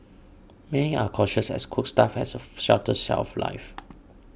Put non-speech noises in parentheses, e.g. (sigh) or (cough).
many are cautious as cooked stuff has a (noise) shorter shelf life